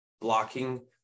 blocking